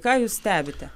ką jūs stebite